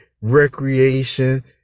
recreation